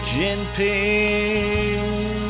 jinping